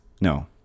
No